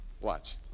Watch